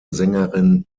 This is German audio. sängerin